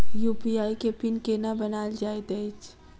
UPI केँ PIN केना बनायल जाइत अछि